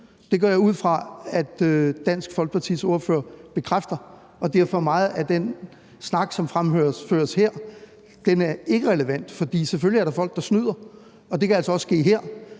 Det går jeg ud fra Dansk Folkepartis ordfører bekræfter. Derfor er meget af den snak, som fremføres her, ikke relevant, for selvfølgelig er der folk, der snyder, og det kan altså også ske her.